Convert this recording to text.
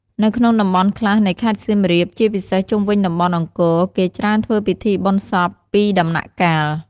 នៅក្នុងតំបន់ខ្លះនៃខេត្តសៀមរាប ជាពិសេសជុំវិញតំបន់អង្គរ គេច្រើនធ្វើពិធីបុណ្យសពពីរដំណាក់កាល។